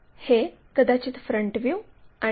हे कदाचित front view आणि हे टॉप व्ह्यू असू शकते